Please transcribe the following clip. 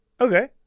Okay